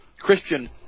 Christian